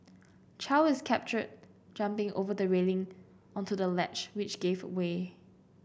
Chow is captured jumping over the railing onto the ledge which gave away